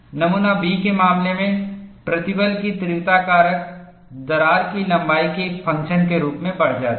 नमूना B के मामले में प्रतिबल की तीव्रता कारक दरार की लंबाई के एक फंक्शन के रूप में बढ़ जाती है